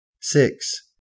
Six